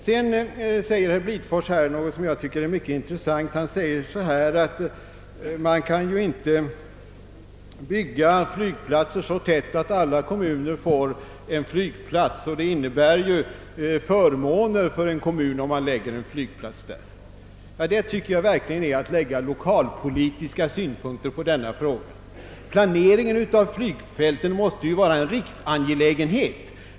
Vidare sade herr Blidfors — vilket jag tycker är mycket intressant — att man inte kan bygga flygplatser så tätt att alla kommuner får en flygplats och att det innebär förmåner för en kommun om man lägger en flygplats där. Detta tycker jag verkligen är att lägga lokalpolitiska synpunkter på denna fråga. Planeringen av flygfälten måste vara en riksangelägenhet.